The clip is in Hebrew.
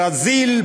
ברזיל,